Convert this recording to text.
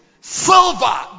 Silver